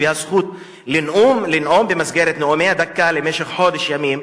הזכות לנאום במסגרת נאומי הדקה למשך חודש ימים,